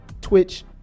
Twitch